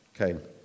Okay